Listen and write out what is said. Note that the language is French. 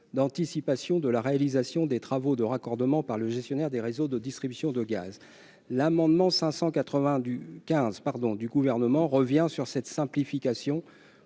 d'anticipation de la réalisation de travaux de raccordement par les gestionnaires des réseaux de distribution de gaz. L'amendement n° 595 du Gouvernement vise à revenir sur cette simplification,